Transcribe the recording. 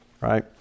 right